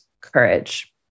courage